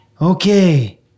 Okay